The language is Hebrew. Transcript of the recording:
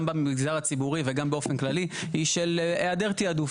גם במגזר הציבורי וגם באופן כללי היא של העדר תעדוף.